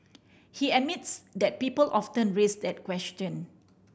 he admits that people often raise that question